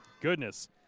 Goodness